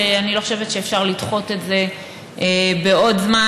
שאני לא חושבת שאפשר לדחות את זה בעוד זמן.